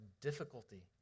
difficulty